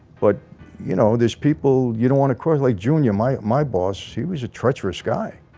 but you know there's people you don't want to cause like jr. my my boss he was a treacherous guy.